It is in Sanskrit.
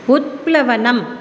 उत्प्लवनम्